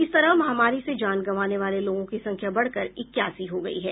इस तरह महामारी से जान गंवाने वाले लोगों की संख्या बढ़कर इक्यासी हो गई है